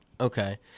okay